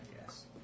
Yes